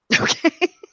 okay